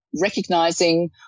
recognizing